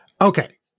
Okay